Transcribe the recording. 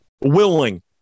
willing